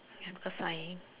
ya because I